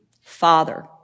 Father